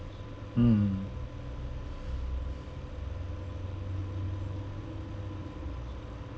mm